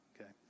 okay